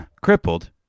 crippled